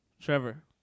Trevor